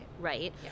right